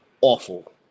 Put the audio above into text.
awful